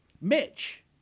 mitch